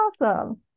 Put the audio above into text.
awesome